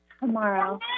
tomorrow